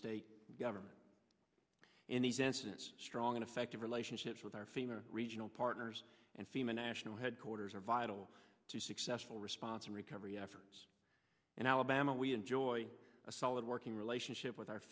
state government in these incidents strong and effective relationships with our fema regional partners and fema national headquarters are vital to successful response and recovery efforts in alabama we enjoy a solid working relationship with our